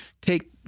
Take